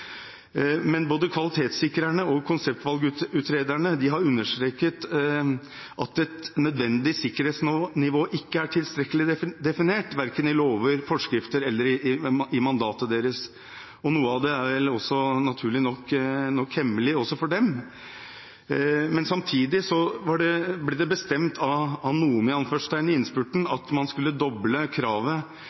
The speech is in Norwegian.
nødvendig sikkerhetsnivå ikke er tilstrekkelig definert verken i lover, i forskrifter eller i mandatet deres. Noe av det er vel naturlig nok hemmelig også for dem. Samtidig ble det bestemt av «noen» i innspurten at man skulle doble kravet